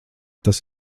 tas